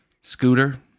Scooter